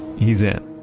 he's in.